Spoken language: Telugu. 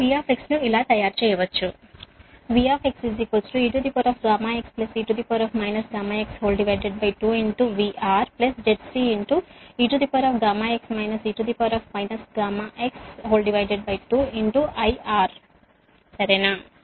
కాబట్టి V ను ఇలా తయారు చేయవచ్చు V eγxe γx2VRZCeγx e γx2IR సరేనా